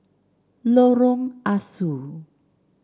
Lorong Ah Soo